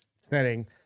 setting